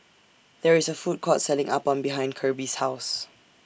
There IS A Food Court Selling Appam behind Kirby's House